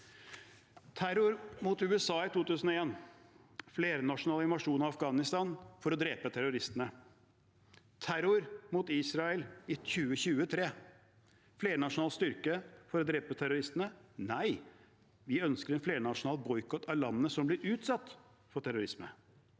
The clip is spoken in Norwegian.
Terror mot USA i 2001: flernasjonal invasjon av Afghanistan for å drepe terroristene. Terror mot Israel i 2023: flernasjonal styrke for å drepe terroristene? Nei, vi ønsker en flernasjonal boikott av landet som blir utsatt for terrorisme.